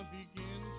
begin